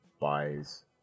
buys